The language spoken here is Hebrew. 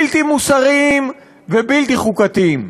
בלתי מוסריים ובלתי חוקתיים.